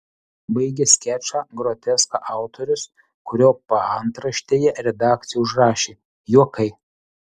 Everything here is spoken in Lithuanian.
baigia skečą groteską autorius kurio paantraštėje redakcija užrašė juokai